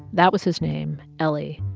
that was his name, eli.